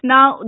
Now